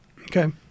Okay